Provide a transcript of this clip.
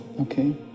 okay